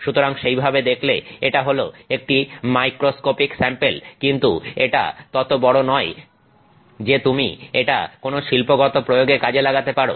সুতরাং সেই ভাবে দেখলে এটা হল একটি মাইক্রোস্কোপিক স্যাম্পেল কিন্তু এটা ততো বড় নয় যে তুমি এটা কোন শিল্পগত প্রয়োগে কাজে লাগাতে পারো